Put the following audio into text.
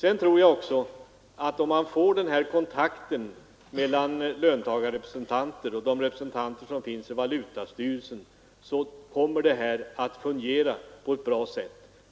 Jag tror också att om man får den här kontakten mellan löntagarrepresentanter i företagens styrelser och de representanter som finns i valutastyrelsen, så kommer systemet att fungera bra.